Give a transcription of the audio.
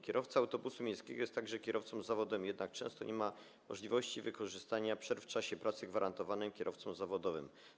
Kierowca autobusu miejskiego jest także kierowcą zawodowym, jednak często nie ma możliwości wykorzystania przerw w czasie pracy gwarantowanych kierowcom zawodowym.